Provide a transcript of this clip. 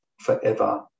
forever